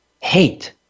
hate